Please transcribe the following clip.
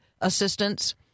assistance